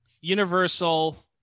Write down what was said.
Universal